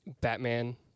Batman